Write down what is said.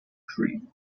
three